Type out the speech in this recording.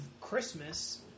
Christmas